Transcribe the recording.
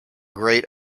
great